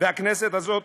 והכנסת הזאת